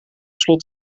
slot